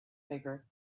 figure